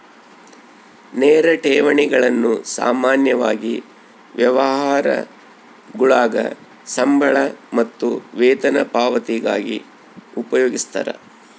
ನೇರ ಠೇವಣಿಗಳನ್ನು ಸಾಮಾನ್ಯವಾಗಿ ವ್ಯವಹಾರಗುಳಾಗ ಸಂಬಳ ಮತ್ತು ವೇತನ ಪಾವತಿಗಾಗಿ ಉಪಯೋಗಿಸ್ತರ